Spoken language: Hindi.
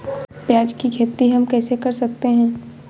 प्याज की खेती हम कैसे कर सकते हैं?